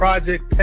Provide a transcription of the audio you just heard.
Project